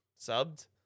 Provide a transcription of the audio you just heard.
subbed